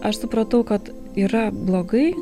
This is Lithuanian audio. aš supratau kad yra blogai